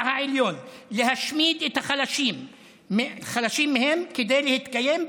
העליון להשמיד את החלשים כדי להתקיים,